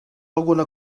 alguna